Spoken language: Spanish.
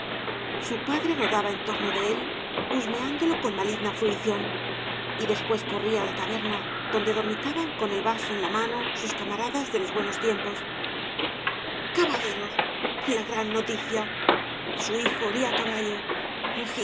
su padre rodaba en torno de él huscaeándolo con maligna fruición y después corría á la taberna donde dormitaban con el vaso en la mano sus camaradas de los buenos tiempos caballeros la gran noticia su hijo olía á caballo